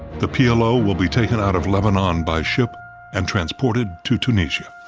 the p l o. will be taken out of lebanon by ship and transported to tunisia.